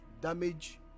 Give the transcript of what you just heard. damage